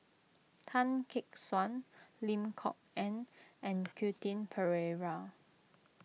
Tan Gek Suan Lim Kok Ann and Quentin Pereira